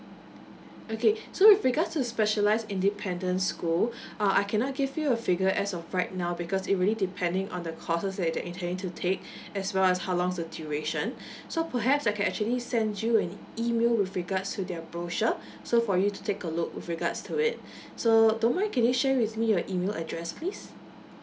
okay so with regards to specialised independent school uh I cannot give you a figure as of right now because it really depending on the courses that you're intending to take as well as how long's the duration so perhaps I can actually send you an email with regards to their brochure so for you to take a look with regards to it so don't mind can you share with me your email address please